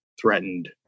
threatened